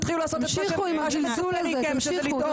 תתחילו לעשות את מה שמצופה מכם ולדאוג לציבור.